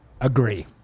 Agree